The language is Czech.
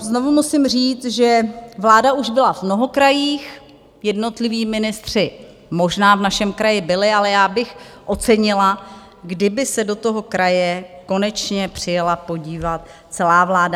Znovu musím říct, že vláda už byla v mnoho krajích, jednotliví ministři možná v našem kraji byli, ale já bych ocenila, kdyby se do toho kraje konečně přijela podívat celá vláda.